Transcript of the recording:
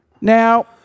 Now